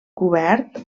cobert